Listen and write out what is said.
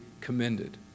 commended